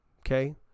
okay